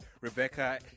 Rebecca